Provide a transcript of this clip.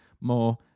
more